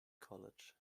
college